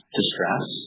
distress